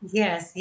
yes